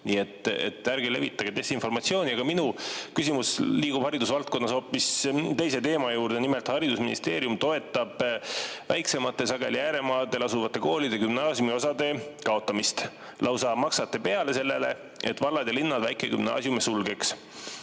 Nii et ärge levitage desinformatsiooni! Minu küsimus aga liigub haridusvaldkonnas hoopis teise teema juurde. Nimelt, haridusministeerium toetab väiksemate, sageli ääremaadel asuvate koolide gümnaasiumiosa kaotamist. Lausa maksate peale sellele, et vallad ja linnad väikegümnaasiume sulgeks.